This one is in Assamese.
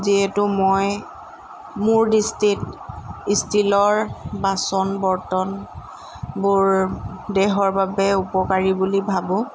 যিহেতু মই মোৰ দৃষ্টিত ষ্টীলৰ বাচন বৰ্তনবোৰ দেহৰ বাবে উপকাৰী বুলি ভাৱোঁ